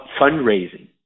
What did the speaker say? fundraising